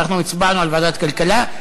ואנחנו הצבענו על ועדת כלכלה,